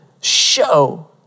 show